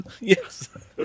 Yes